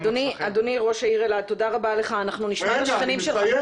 אל תירו על מה שאלעד